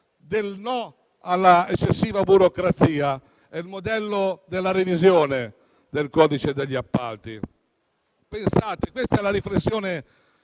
del no alla eccessiva burocrazia; è il modello della revisione del codice degli appalti. Questa è la riflessione